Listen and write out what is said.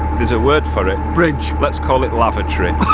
there's a word for it. bridge. lets call it, lavatory.